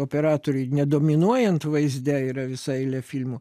operatoriui nedominuojant vaizde yra visa eilė filmų